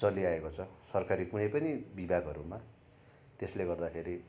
चलिआएको छ सरकारी कुनै पनि विभागहरूमा त्यसले गर्दाखेरि